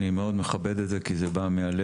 אני מאוד מכבד את זה כי זה בא מהלב,